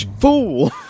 Fool